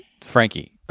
Frankie